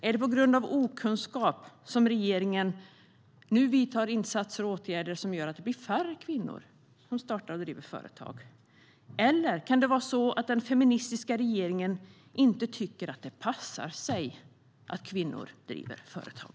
Är det på grund av okunskap som regeringen nu vidtar insatser och åtgärder som gör att det blir färre kvinnor som startar och driver företag? Eller kan det vara så att den feministiska regeringen inte tycker att det passar sig att kvinnor driver företag?